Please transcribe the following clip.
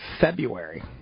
February